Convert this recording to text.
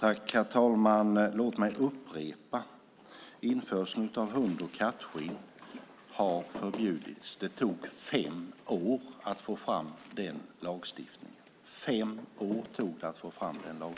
Herr talman! Låt mig upprepa detta: Införseln av hund och kattskinn har förbjudits. Det tog fem år att få fram den lagstiftningen. Fem år tog det.